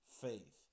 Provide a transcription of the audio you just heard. faith